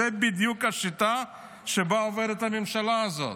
זאת בדיוק השיטה שבה עובדת הממשלה הזו.